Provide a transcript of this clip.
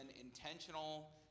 intentional